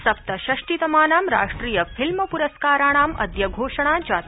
सप्त षष्टितमानाम् राष्ट्रिय फिल्म पुरस्काराणाम् अद्य घोषणा जाता